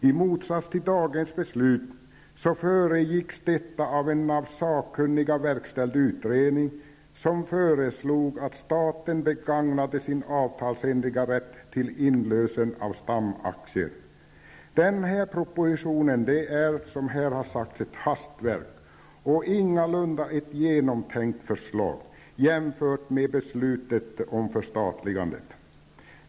I motsats till dagens beslut föregicks detta av en sakkunnigt verkställd utredning, som föreslog att staten begagnade sin avtalsenliga rätt till inlösen av stamaktier. Denna proposition är, som har sagts tidigare, ett hastverk och ingalunda ett genomtänkt förslag jämfört med det tidigare beslutet om förstatligande.